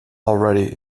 already